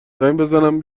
بزنم